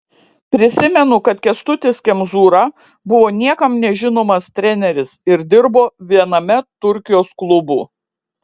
prisimenu kad kęstutis kemzūra buvo niekam nežinomas treneris ir dirbo viename turkijos klubų